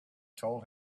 told